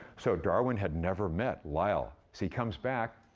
so darwin had never met lyell. so he comes back,